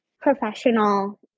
professional